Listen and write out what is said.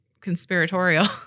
conspiratorial